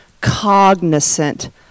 cognizant